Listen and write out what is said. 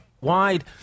wide